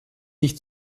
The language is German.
nicht